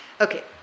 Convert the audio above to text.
Okay